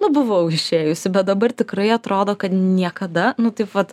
nu buvau išėjusi bet dabar tikrai atrodo kad niekada nu taip vat